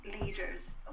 leaders